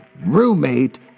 roommate